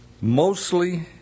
mostly